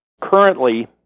Currently